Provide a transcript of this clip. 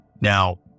Now